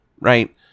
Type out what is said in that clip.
right